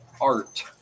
art